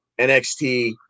NXT